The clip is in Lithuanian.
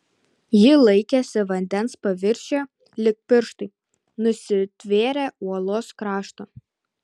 ji laikėsi vandens paviršiuje lyg pirštai nusitvėrę uolos krašto